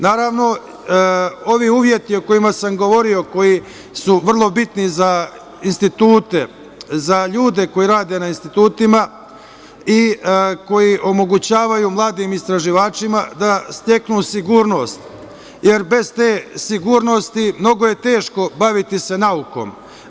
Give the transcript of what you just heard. Naravno, ovi uslovi o kojima sam govorio, su vrlo bitni za institute, za ljude koji rade na institutima i koji omogućavaju mladim istraživačima da steknu sigurnost, jer bez te sigurnosti mnogo je teško baviti se naukom.